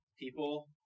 People